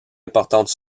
importante